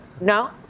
No